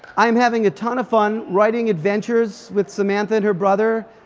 i'm having a ton of fun writing adventures with samantha and her brother.